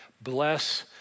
bless